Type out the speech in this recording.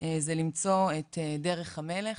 היא למצוא את דרך המלך,